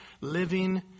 living